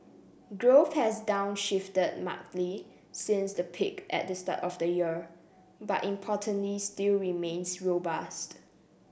growth has downshifted markedly since the peak at the start of the year but importantly still remains robust